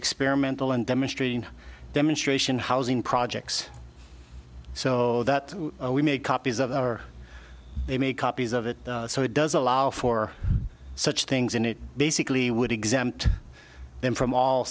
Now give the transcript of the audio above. experimental and demonstrating demonstration housing projects so that we make copies of our they make copies of it so it does allow for such things and it basically would exempt them from all